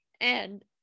and-